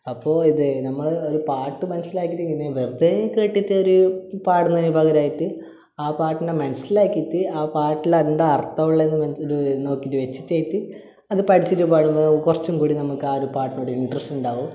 അപ്പോൾ ഇത് നമ്മൾ ഒരു പാട്ട് മനസ്സിലാക്കിയിട്ട് പിന്നെ വെറുതെ കേട്ടിട്ട് ഒരു പാടുന്നതിന് പകരമായിട്ട് ആ പാട്ടിനെ മനസ്സിലാക്കിയിട്ട് ആ പാട്ടിൽ എന്താ അർഥമുള്ളത് എന്ന് മനസ്സിൽ നോക്കിയിട്ട് വെച്ചിട്ട് അത് പഠിച്ചിട്ട് പാടുമ്പോൾ കുറച്ചും കൂടി നമുക്ക് ആ ഒരു പാട്ടിനോട് ഇൻറ്ററെസ്റ്റ് ഉണ്ടാവും